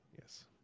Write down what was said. Yes